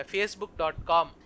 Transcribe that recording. Facebook.com